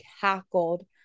cackled